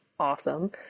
awesome